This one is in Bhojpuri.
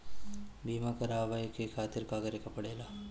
बीमा करेवाए के खातिर का करे के पड़ेला?